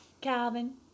Calvin